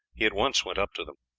he at once went up to them.